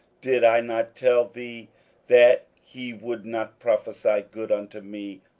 did i not tell thee that he would not prophesy good unto me,